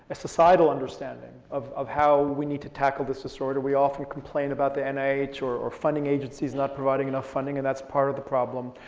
societal understanding of of how we need to tackle this disorder. we often complain about the and nih or funding agencies not providing enough funding, and that's part of the problem.